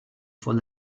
von